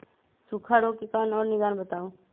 सूखा रोग के कारण और निदान बताऊ?